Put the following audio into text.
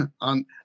on